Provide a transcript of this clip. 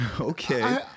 Okay